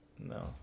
No